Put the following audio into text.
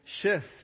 shift